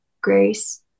grace